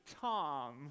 Tom